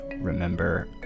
remember